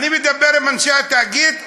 אני מדבר עם אנשי התאגיד,